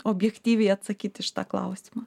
objektyviai atsakyt į šitą klausimą